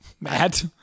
Matt